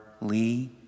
Lee